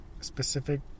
specific